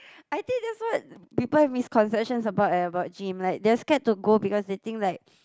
I think that's what people misconceptions about eh about gym like they're scared to go because they think like